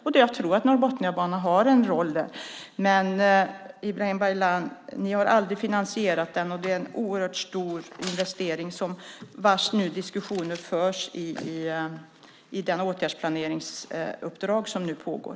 Jag tror att Norrbotniabanan har en roll. Men, Ibrahim Baylan, ni har aldrig finansierat den, och det är en oerhört stor investering. Diskussioner förs inom ramen för det åtgärdsplaneringsuppdrag som nu pågår.